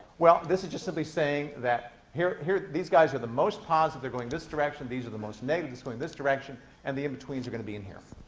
well, this is just simply saying that, here here these guys are the most positive. they're going this direction. these are the most negative. they're going this direction. and the in-betweens are going to be in here.